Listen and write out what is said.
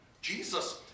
Jesus